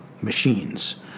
machines